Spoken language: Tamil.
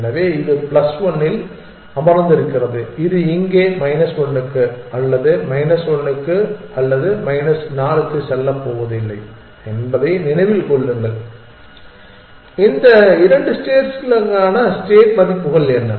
எனவே இது பிளஸ் 1 இல் அமர்ந்திருக்கிறது இது இங்கே மைனஸ் 1 க்கு அல்லது மைனஸ் 1 க்கு அல்லது மைனஸ் 4 க்கு செல்லப்போவதில்லை என்பதை நினைவில் கொள்ளுங்கள் இந்த 2 ஸ்டேட்ஸ்களுக்கான ஸ்டேட் மதிப்புகள் என்ன